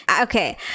okay